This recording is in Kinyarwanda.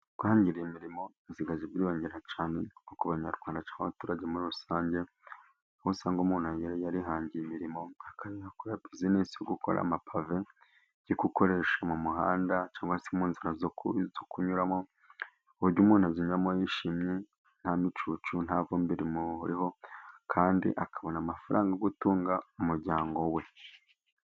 kwahangira imirimo bisigaye bwiyongera cyane nko ku abanyarwanda cyangwa abaturage muri rusange aho usanga umuntu yarihangiye imirimo, akajya gukora buzinesi yo gukora amapave yo gukoresha mu muhanda cyangwa se mu nzira yo kunyuramo, kuburyo umuntu ayinyuramo yishimye nta micucu, ntavumbi rimuriho, kandi akabona amafaranga yo gutunga umuryango we.